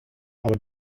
aber